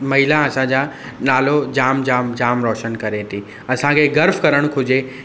महिला असांजा नालो जाम जाम जाम रोशन करे थी असांखे गर्व करणु घुर्जे